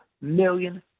million